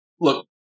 look